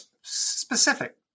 specific